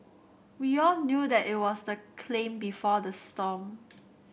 we all knew that it was the claim before the storm